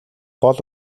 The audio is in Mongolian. гол